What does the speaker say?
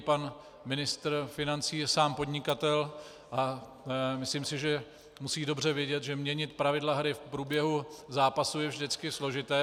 Pan ministr financí je sám podnikatel a myslím si, že musí dobře vědět, že měnit pravidla hry v průběhu zápasu je vždycky složité.